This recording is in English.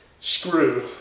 screw